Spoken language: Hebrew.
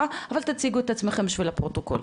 תציגי את עצמך בשביל הפרוטוקול.